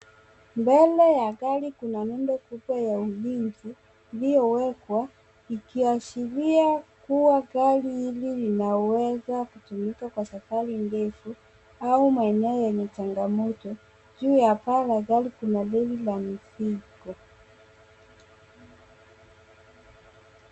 Mbele ya gari kuna nyumba kubwa ya ulinzi iliyowekwa, ikiashiria kuwa gari hili linaweza kutumuka kwa safari ndefu au maeneo yenye changamoto. Juu ya paa la gari kuna reli la mizigo.